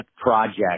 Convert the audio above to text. project